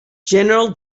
general